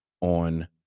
on